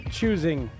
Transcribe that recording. choosing